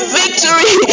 victory